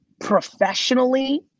professionally